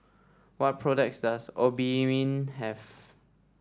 what products does Obimin have